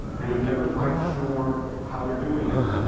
and i'm never quite sure how they're doing it.